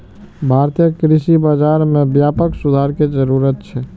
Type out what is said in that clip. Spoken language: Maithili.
भारतीय कृषि बाजार मे व्यापक सुधार के जरूरत छै